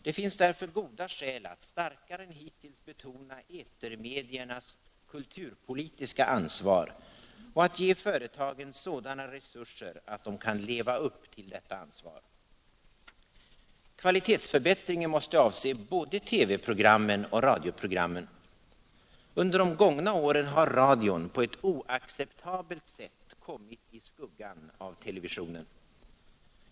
Det finns därför goda skäl att starkare än hittills betona etermediernas kulturpolitiska ansvar och att ge företagen sådana resurser att de kan leva upp till detta ansvar. Kvalitetsförbättringen måste avse både TV-programmen och radioprogrammen. Under de gångna åren har radion på ett oacceptabelt sätt kommit i skuggan av televisionen.